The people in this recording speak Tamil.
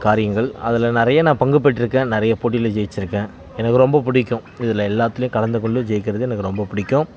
காரியங்கள் அதில் நிறைய நான் பங்கு பெற்றுருக்கேன் நிறைய போட்டியில் ஜெயித்துருக்கேன் எனக்கு ரொம்ப பிடிக்கும் இதில் எல்லாத்துலேயும் கலந்துக் கொண்டு ஜெயிக்கிறது எனக்கு ரொம்ப பிடிக்கும்